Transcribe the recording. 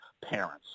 parents